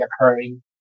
occurring